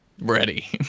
ready